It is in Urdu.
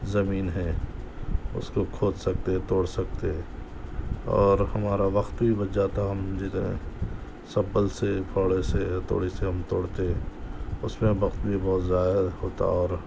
زمین ہے اس کو کھود سکتے توڑ سکتے اور ہمارا وقت بھی بچ جاتا اور ہم جدھر سبل سے پھاوڑے سے ہتھوڑی سے ہم توڑتے اس میں وقت بھی بہت ضائع ہوتا اور